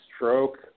stroke